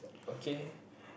okay